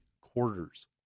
quarters